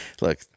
Look